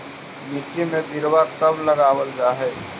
मिट्टी में बिरवा कब लगावल जा हई?